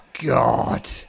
God